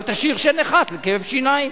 אבל תשאיר שן אחת בשביל כאב שיניים.